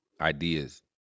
ideas